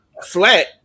flat